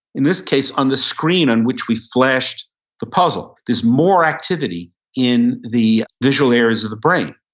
in this case, on the screen on which we flashed the puzzle, there's more activity in the visual areas of the brain.